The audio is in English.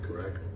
correct